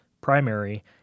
primary